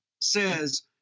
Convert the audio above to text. says